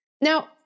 Now